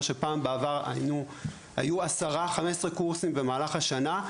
מה שפעם בעבר היו 10-15 קורסים במהלך השנה,